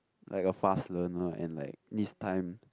like a fast learner and like needs time